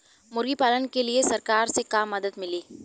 मुर्गी पालन के लीए सरकार से का मदद मिली?